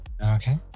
Okay